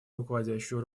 руководящую